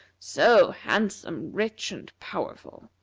so handsome, rich, and powerful.